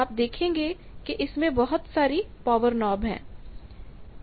आप देखेंगे कि इसमें बहुत सारी पावर नॉब हैं